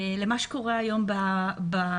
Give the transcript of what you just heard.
למה שקורה היום בפועל.